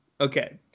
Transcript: okay